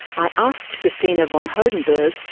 i asked christina von hodenberg,